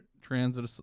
transit